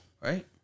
Right